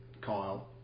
Kyle